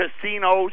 Casinos